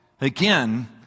Again